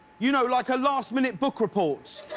you know, like a last minute book report.